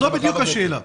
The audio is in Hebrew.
זו בדיוק השאלה.